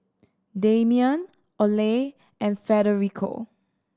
Damian Oley and Federico